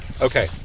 Okay